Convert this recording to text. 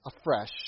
afresh